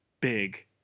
big